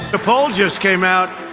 a poll just came out.